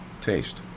taste